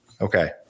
Okay